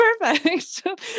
perfect